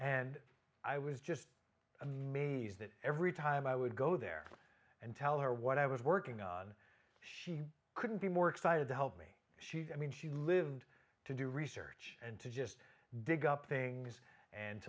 and i was just amazed that every time i would go there and tell her what i was working on she couldn't be more excited to help me she's i mean she lived to do research and to just dig up things and